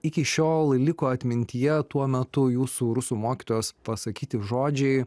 iki šiol liko atmintyje tuo metu jūsų rusų mokytojos pasakyti žodžiai